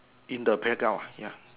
in the background ya